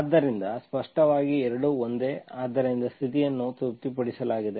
ಆದ್ದರಿಂದ ಸ್ಪಷ್ಟವಾಗಿ ಎರಡೂ ಒಂದೇ ಆದ್ದರಿಂದ ಸ್ಥಿತಿಯನ್ನು ತೃಪ್ತಿಪಡಿಸಲಾಗಿದೆ